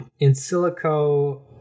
Insilico